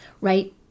right